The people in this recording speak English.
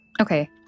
Okay